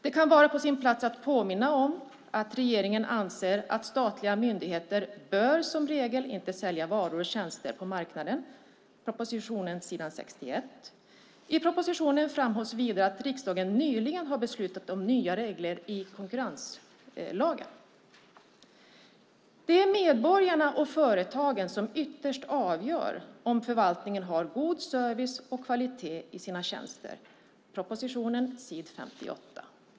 Det kan vara på sin plats att påminna om att regeringen anser att statliga myndigheter bör som regel inte sälja varor och tjänster på marknaden. Det framgår av propositionen på s. 61. I propositionen framhålls vidare att riksdagen nyligen har beslutat om nya regler i konkurrenslagen. Det är medborgarna och företagen som ytterst avgör om förvaltningen har god service och kvalitet i sina tjänster. Det framgår av propositionen på s. 58.